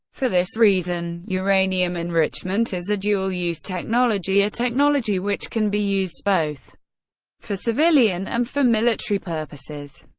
for this reason, uranium enrichment is a dual-use technology, a technology which can be used both for civilian and for military purposes.